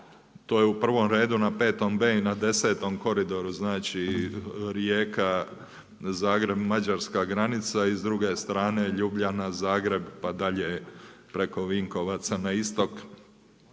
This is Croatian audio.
to je u prvom redu na petom B i na desetom koridoru znači Rijeka – Zagreb – mađarska granica. I s druge strane Ljubljana – Zagreb pa dalje preko Vinkovaca na istok.